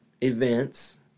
events